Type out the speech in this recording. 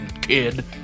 kid